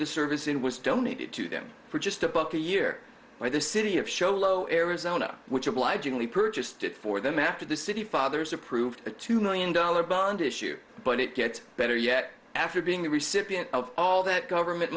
the service in was donated to them for just a buck a year by the city of show low arizona which obligingly purchased it for them after the city fathers approved a two million dollars bond issue but it gets better yet after being the recipient of all that government